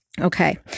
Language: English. Okay